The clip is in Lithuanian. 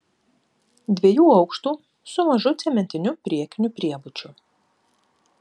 dviejų aukštų su mažu cementiniu priekiniu priebučiu